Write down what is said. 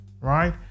right